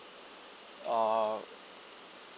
uh